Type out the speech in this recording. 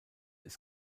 ist